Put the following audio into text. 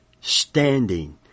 standing